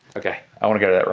okay, i want to go to that room.